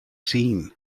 seen